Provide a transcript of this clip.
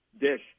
dish